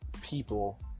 people